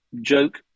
Joke